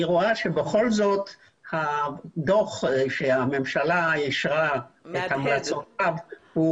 אני רואה שבכל זאת הדוח שהממשלה אישרה את המלצותיו,